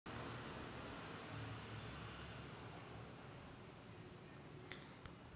स्वयंपाकात वापरली जाणारी तेले खाद्यतेल असतात